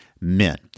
men